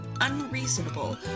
unreasonable